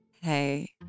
Hey